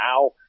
now